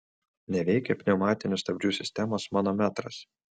neveikia pneumatinių stabdžių sistemos manometras